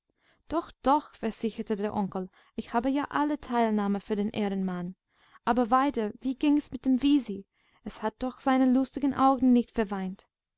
doch doch versicherte der onkel ich habe ja alle teilnahme für den ehrenmann aber weiter wie ging's mit dem wisi es hat doch seine lustigen augen nicht verweint